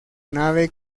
nave